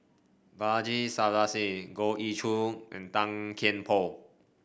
Balaji Sadasivan Goh Ee Choo and Tan Kian Por